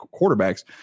quarterbacks